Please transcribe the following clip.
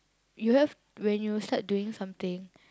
you have when you start doing something